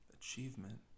achievement